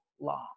long